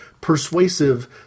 persuasive